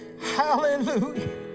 hallelujah